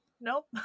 nope